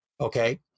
Okay